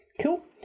Cool